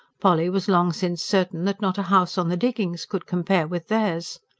polly was long since certain that not a house on the diggings could compare with theirs.